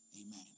Amen